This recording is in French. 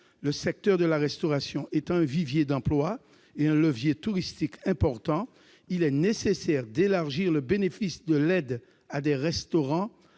Le secteur de la restauration étant un vivier d'emplois et un levier touristique important, il est nécessaire d'élargir le bénéfice de l'aide à des restaurants